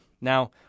Now